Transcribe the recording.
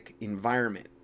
environment